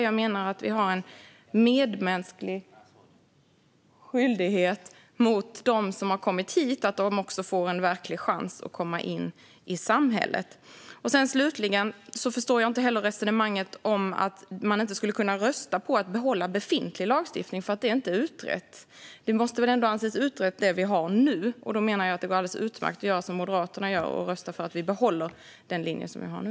Jag menar att vi har en medmänsklig skyldighet att ge dem som har kommit hit en verklig chans att komma in i samhället. Slutligen förstår jag heller inte resonemanget att man inte skulle kunna rösta för att behålla befintlig lagstiftning därför att det inte är utrett. Det som vi har nu måste väl ändå anses utrett, och då menar jag att det går alldeles utmärkt att göra som Moderaterna och rösta för att vi ska behålla den linje som vi har nu.